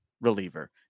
reliever